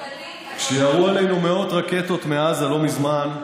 כשירו עלינו מאוד רקטות מעזה לא מזמן,